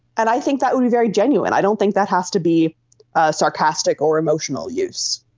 and i think that would be very genuine. i don't think that has to be a sarcastic or emotional use.